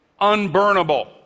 unburnable